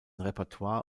repertoire